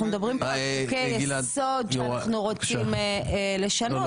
אנחנו מדברים פה על חוקי יסוד שאנחנו רוצים לשנות,